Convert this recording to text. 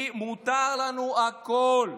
כי מותר לנו הכול,